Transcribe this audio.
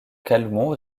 calmont